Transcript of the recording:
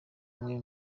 bamwe